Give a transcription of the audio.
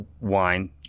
wine